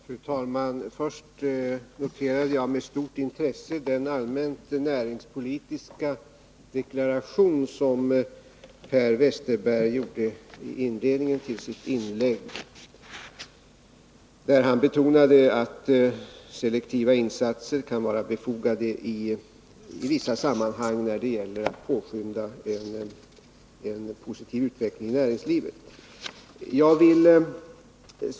Fru talman! Jag noterade med stort intresse den allmänt näringspolitiska deklaration som Per Westerberg gjorde i inledningen av sitt inlägg. Han betonade att selektiva insatser kan vara befogade i vissa sammanhang när det gäller att påskynda en positiv utveckling av näringslivet.